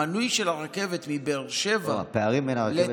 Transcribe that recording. המנוי של הרכבת מבאר שבע, לא, הפערים בין הרכבת